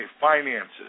finances